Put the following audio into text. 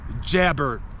jabber